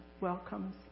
welcomes